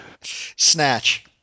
Snatch